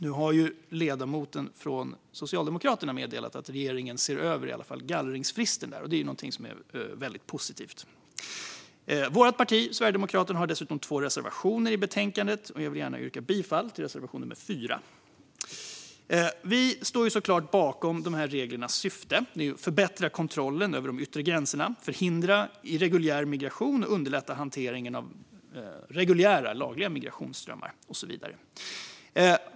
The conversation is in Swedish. Nu har ledamoten från Socialdemokraterna meddelat att regeringen ser över i alla fall gallringsfristen, och det är väldigt positivt. Vårt parti, Sverigedemokraterna, har dessutom två reservationer i betänkandet. Jag yrkar bifall till reservation 4. Vi står såklart bakom syftet med dessa regler, nämligen att förbättra kontrollen över de yttre gränserna, förhindra irreguljär migration, underlätta hanteringen av reguljära, lagliga migrationsströmmar och så vidare.